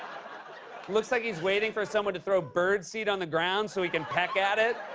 looks like he's waiting for someone to throw bird seed on the ground so he can peck at it.